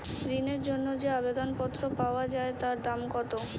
ঋণের জন্য যে আবেদন পত্র পাওয়া য়ায় তার দাম কত?